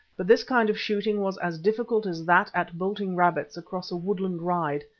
but this kind of shooting was as difficult as that at bolting rabbits across a woodland ride,